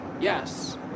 yes